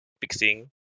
fixing